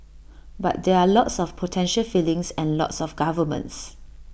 but there are lots of potential feelings and lots of governments